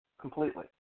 completely